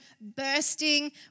bursting